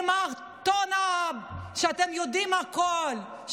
עם הטון שבו אתם יודעים הכול,